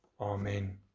Amen